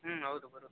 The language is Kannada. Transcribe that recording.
ಹ್ಞೂ ಹೌದು ಬರುತ್ತೆ